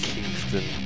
Kingston